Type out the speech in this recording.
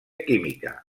química